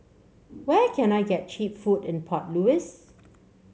where can I get cheap food in Port Louis